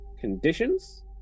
Conditions